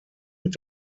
mit